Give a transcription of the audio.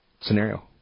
scenario